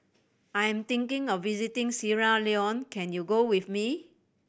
I am thinking of visiting Sierra Leone can you go with me